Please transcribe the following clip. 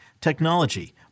technology